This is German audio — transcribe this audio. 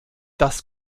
das